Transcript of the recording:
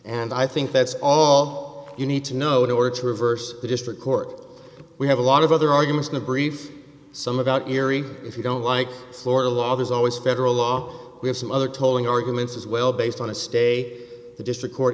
and i think that's all you need to know the order to reverse the district court we have a lot of other arguments in the brief some about erie if you don't like florida law there's always federal law we have some other tolling arguments as well based on a stay the district court